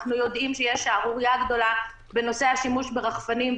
אנחנו יודעים שיש שערורייה גדולה בנושא השימוש ברחפנים,